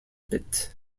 bit